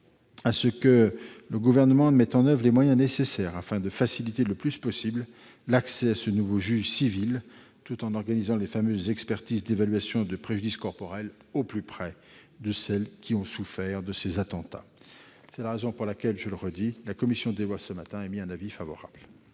à ce que le Gouvernement mette en oeuvre les moyens nécessaires afin de faciliter autant que possible l'accès à ce nouveau juge civil tout en organisant les fameuses expertises d'évaluation des préjudices corporels au plus près de ceux et celles qui ont souffert de tels attentats. Pour toutes ces raisons- je le redis -, la commission des lois a, ce matin, émis un avis favorable